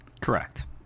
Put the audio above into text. Correct